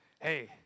Hey